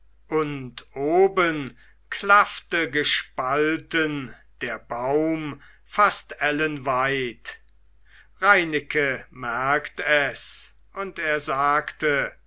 oben klaffte gespalten der baum fast ellenweit reineke merkt es und er sagte